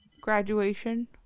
graduation